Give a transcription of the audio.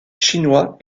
chinois